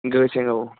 गोहो से औ